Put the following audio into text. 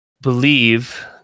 believe